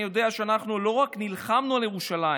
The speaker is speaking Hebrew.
אני יודע שאנחנו לא רק נלחמנו על ירושלים,